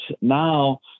now